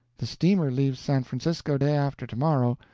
the steamer leaves san francisco day after tomorrow.